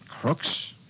Crooks